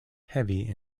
heavy